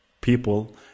people